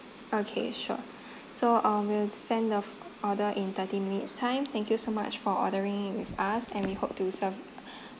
okay sure so I will send the order in thirty minutes time thank you so much for ordering with us and we hope to serve